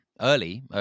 early